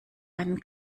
einen